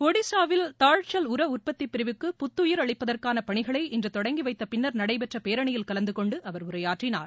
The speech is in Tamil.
ஒடிஸாவில் தாழ்ச்சல் உர உற்பத்திப் பிரிவிற்கு புத்துயிர் அளிப்பதற்கான பணிகளை இன்று தொடங்கி வைத்த பின்னர் நடைபெற்ற பேரணியில் கலந்து கொண்டு அவர் உரையாற்றினார்